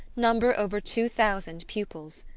number over two thousand pupils.